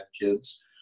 kids